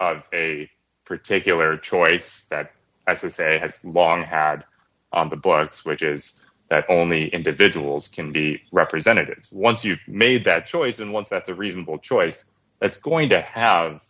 of a particular choice that as i say has long had on the books which is that only individuals can be representatives once you've made that choice and once that's a reasonable choice that's going to have